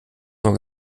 nur